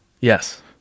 Yes